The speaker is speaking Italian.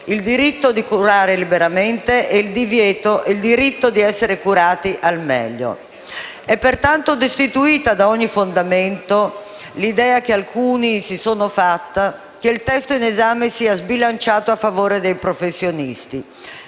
Il diritto di curare liberamente e il diritto di essere curati al meglio. È pertanto destituita da ogni fondamento l'idea che alcuni si sono fatti che il testo in esame sia sbilanciato in favore dei professionisti;